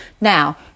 now